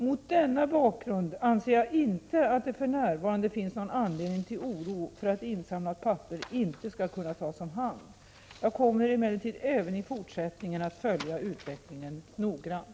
Mot denna bakgrund anser jag inte att det för närvarande finns någon anledning till oro för att insamlat papper inte skall kunna tas om hand. Jag kommer emellertid även i fortsättningen att följa utvecklingen noggrant.